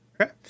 Okay